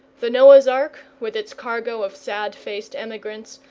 the noah's ark, with its cargo of sad-faced emigrants,